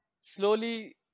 slowly